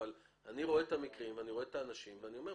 אבל אני רואה את המקרים ואני רואה את האנשים ואני אומר,